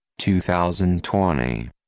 2020